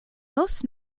most